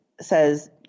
says